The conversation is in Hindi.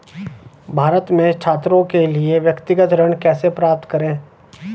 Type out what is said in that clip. भारत में छात्रों के लिए व्यक्तिगत ऋण कैसे प्राप्त करें?